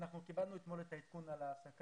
אנחנו קיבלנו אתמול את העדכון על ההפסקה,